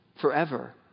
forever